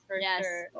Yes